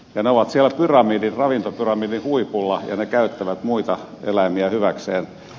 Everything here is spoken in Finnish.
ne ovat siellä ravintopyramidin huipulla ja ne käyttävät muita eläimiä hyväkseen